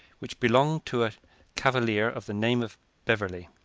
which belonged to a cavalier of the name of beverley.